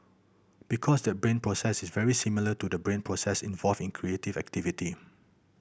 because that brain process is very similar to the brain process involved in creative activity